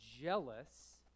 jealous